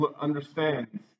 understands